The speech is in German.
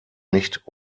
nicht